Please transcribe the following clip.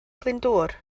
glyndŵr